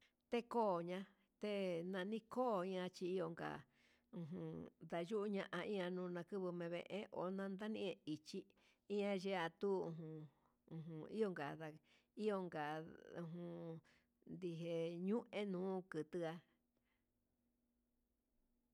Tekoña té enanikoña chionka, ujun ndayuña ina nakunu nivee uduntañie ichí, ian yatu'u uun ujun ion kada ion ndije ñue ñuu nokuta.